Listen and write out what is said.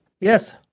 Yes